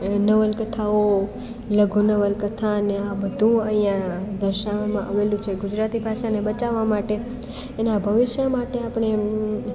એ નવલકથાઓ લઘુ નવલકથા અને આ બધું આયા દર્શવામાં આવેલું છે ગુજરાતી ભાષાને બચાવવા માટે એના ભવિષ્ય માટે આપણે એમ